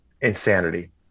insanity